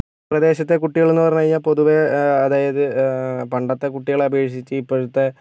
ഞങ്ങളുടെ പ്രദേശത്തെ കുട്ടികൾ എന്നു പറഞ്ഞ് കഴിഞ്ഞാൽ പൊതുവെ അതായത് പണ്ടത്തെ കുട്ടികളെ അപേക്ഷിച്ച് ഇപ്പോഴത്തെ